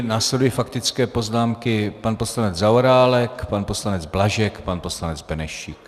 Následují faktické poznámky pan poslanec Zaorálek, pan poslanec Blažek, pan poslanec Benešík.